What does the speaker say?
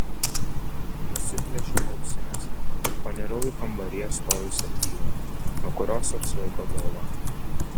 nusiplėšiau ausines ir panirau į kambaryje stojusią tylą nuo kurios apsvaigo galva